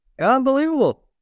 unbelievable